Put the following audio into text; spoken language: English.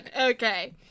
Okay